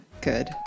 Good